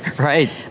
Right